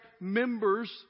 members